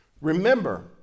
Remember